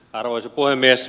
arvoisa puhemies